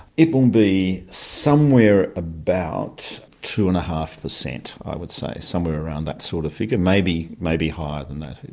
it will be somewhere about two and a half per cent, i would say, somewhere around that sort of figure, maybe maybe higher than that